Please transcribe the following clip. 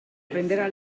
prenderà